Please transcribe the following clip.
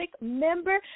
member